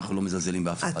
אנחנו לא מזלזלים באף אחד.